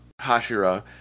Hashira